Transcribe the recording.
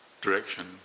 direction